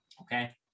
okay